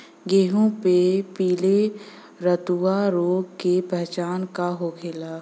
गेहूँ में पिले रतुआ रोग के पहचान का होखेला?